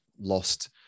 lost